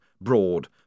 broad